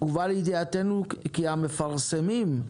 הובא לידיעתנו כי המפרסמים,